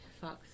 Fox